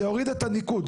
זה יוריד את הניקוד.